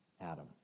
Adam